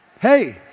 Hey